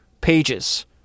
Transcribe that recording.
pages